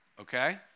okay